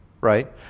right